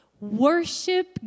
worship